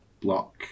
Block